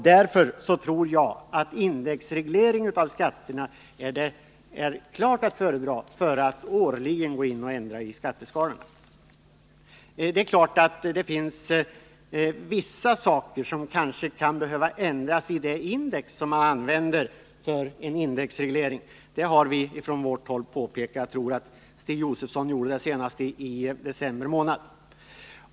Jag tror att en indexreglering av skatterna är klart att föredra framför att årligen behöva gå in och ändra i skatteskalorna. Det är klart att det finns vissa saker som kan behöva ändras i det index som man använder för en indexreglering. Det har påpekats från vårt håll; jag tror att Stig Josefson gjorde det senast i december månad.